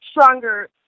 stronger